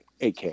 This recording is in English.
AK